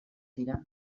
dira